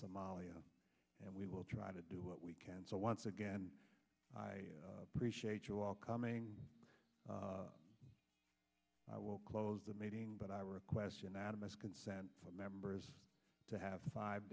somalia and we will try to do what we can so once again i appreciate you all coming i will close the meeting but i were a question out of us consent for members to have five